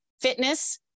Fitness